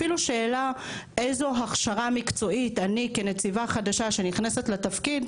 אפילו שאלה איזו הכשרה מקצועית אני כנציבה חדשה שנכנסת לתפקיד